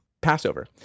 Passover